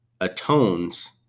atones